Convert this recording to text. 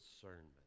discernment